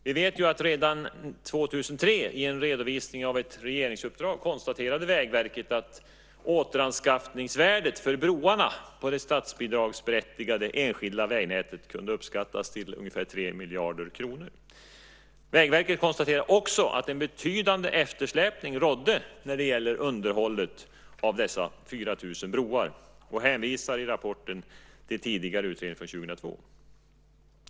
Vi vet att redan 2003 i en redovisning av ett regeringsuppdrag konstaterade Vägverket att återanskaffningsvärdet för broarna på det statsbidragsberättigade enskilda vägnätet kunde uppskattas till ungefär 3 miljarder kronor. Vägverket konstaterade också att en betydande eftersläpning rådde när det gäller underhållet av dessa 4 000 broar och hänvisar i rapporten till en tidigare utredning från 2002.